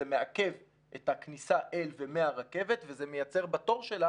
זה מעכב את הכניסה אל ומהרכבת וזה מייצר בתור שלה